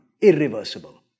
irreversible